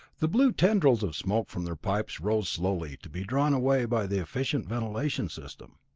the blue tendrils of smoke from their pipes rose slowly, to be drawn away by the efficient ventilating system.